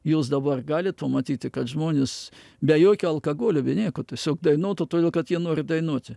jūs dabar galit pamatyti kad žmonės be jokio alkagolio be nieko tiesiog dainuotų todėl kad jie nori dainuoti